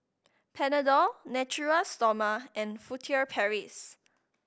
Panadol Natura Stoma and Furtere Paris